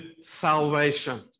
salvation